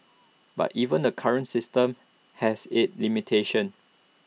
but even the current system has its limitations